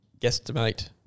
guesstimate